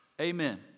Amen